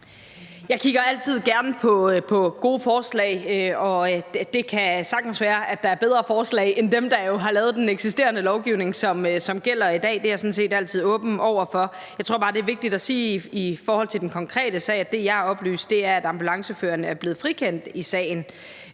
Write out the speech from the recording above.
Jeg kigger altid gerne på gode forslag, og det kan sagtens være, at der er bedre forslag end dem, der er lavet i forhold til den eksisterende lovgivning. Det er jeg sådan set altid åben over for. Jeg tror bare, det er vigtigt at sige i forhold til den konkrete sag, at det, jeg er blevet oplyst, er, at ambulanceføreren er blevet frikendt i sagen,